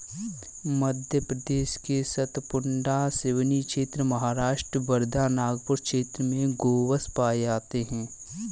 मध्य प्रदेश के सतपुड़ा, सिवनी क्षेत्र, महाराष्ट्र वर्धा, नागपुर क्षेत्र में गोवंश पाये जाते हैं